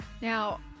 Now